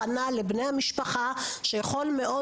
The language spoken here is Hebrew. האם יש הכנה לבני המשפחה לכך שיכול מאוד